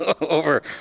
over